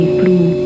blue